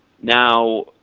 Now